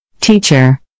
Teacher